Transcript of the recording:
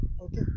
Okay